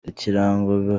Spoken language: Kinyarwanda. ikirango